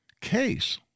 case—